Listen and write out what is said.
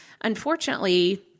Unfortunately